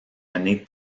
année